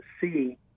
see